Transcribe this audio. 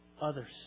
Others